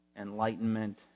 enlightenment